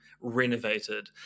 renovated